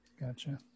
Gotcha